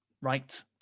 Right